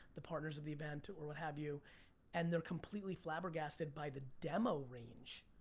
the partners of the event or what have you and they're completely flabbergasted by the demo range.